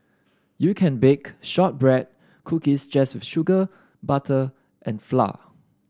you can bake shortbread cookies just with sugar butter and flour